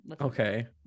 okay